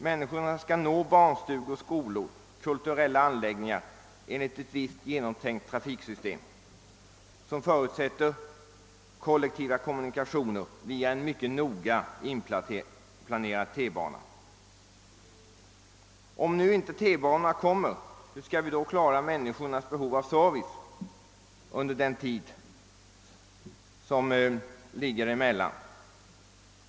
Människorna skall kunna nå barnstugor, skolor, kulturella anläggningar 0. s. v. enligt ett genomtänkt trafiksystem, som förutsätter kollektiva kommunikationer via en mycket noga inplanerad tunnelbana. Hur skall vi klara människornas behov av service medan de väntar på att tunnelbanan byggs ut?